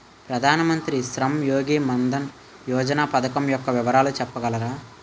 ప్రధాన మంత్రి శ్రమ్ యోగి మన్ధన్ యోజన పథకం యెక్క వివరాలు చెప్పగలరా?